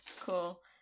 cool